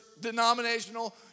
denominational